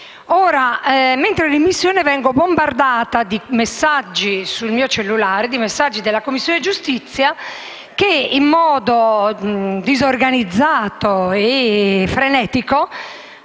ero in missione venivo bombardata sul mio cellulare di messaggi della Commissione giustizia, che in modo disorganizzato e frenetico